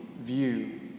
view